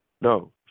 No